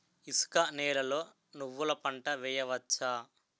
ఇసుక నేలలో నువ్వుల పంట వేయవచ్చా?